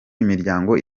imiryango